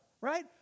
right